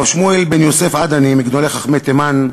הרב שמואל בן יוסף עדני, מגדולי חכמי תימן,